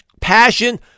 passion